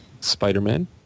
Spider-Man